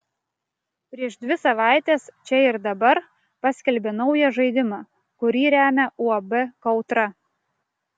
prieš dvi savaites čia ir dabar paskelbė naują žaidimą kurį remia uab kautra